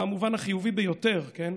במובן החיובי ביותר, כן?